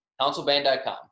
councilband.com